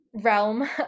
realm